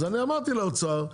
אז אני אמרתי לאוצר,